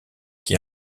qui